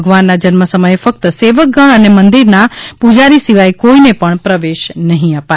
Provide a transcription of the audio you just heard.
ભગવાન ના જન્મ સમયે ફક્ત સેવકગણ અને મંદિર ના પૂજારી સિવાય કોઈને પણ પ્રવેશ નહીં અપાય